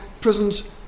prisons